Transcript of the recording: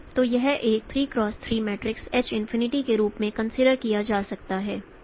तो यह एक 3 X 3 मैट्रिक्स H इन्फिनिटी के रूप में कंसीडर किया जा सकता है और Md x है